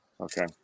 Okay